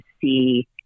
see